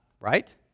right